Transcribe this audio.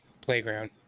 playground